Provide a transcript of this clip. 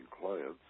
clients